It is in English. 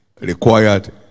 required